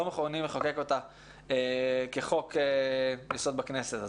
לא מוכנים לחבק אותה כחוק יסוד בכנסת הזאת.